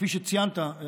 כפי שציינת,